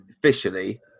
officially